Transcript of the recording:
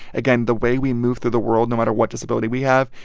again, the way we move through the world, no matter what disability we have,